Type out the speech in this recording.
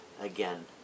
Again